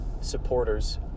supporters